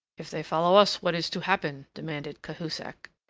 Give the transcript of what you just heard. if they follow us what is to happen? demanded cahusac.